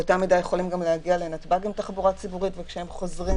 ובאותה מידה יכולים גם להגיע לנתב"ג עם תחבורה ציבורית וכשהם חוזרים